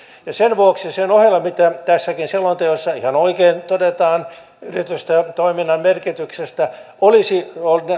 sen vuoksi sen ohella mitä tässäkin selonteossa ihan oikein todetaan yritystoiminnan merkityksestä olisi